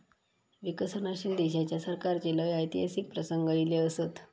विकसनशील देशाच्या सरकाराचे लय ऐतिहासिक प्रसंग ईले असत